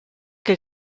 che